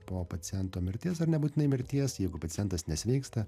po paciento mirties ar nebūtinai mirties jeigu pacientas nesveiksta